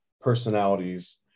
personalities